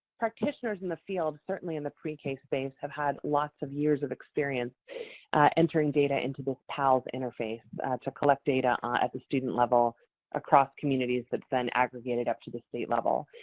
practitioners in the field, certainly in the pre-k space, have had lots of years of experience entering data into this pals interface to collect data ah at the student level across communities that's then aggregated up to the state level.